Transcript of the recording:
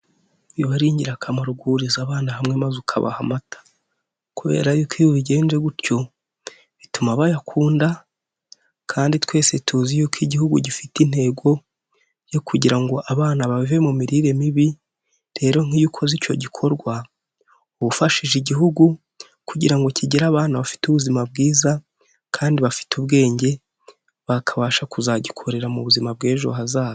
Biba ari ingirakamaro guhuriza abana hamwe maze ukabaha amata kubera yuko iyo ubigenje gutyo bituma bayakunda kandi twese tuzi yuko igihugu gifite intego yo kugira ngo abana bave mu mirire mibi rero nk'iyo ukoze icyo gikorwa wafashije igihugu kugira ngo kigire abana bafite ubuzima bwiza kandi bafite ubwenge bakabasha kuzagikorera mu buzima bw'ejo hazaza.